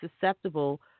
susceptible